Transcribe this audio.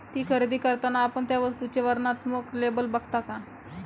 ती खरेदी करताना आपण त्या वस्तूचे वर्णनात्मक लेबल बघता का?